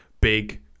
big